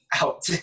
out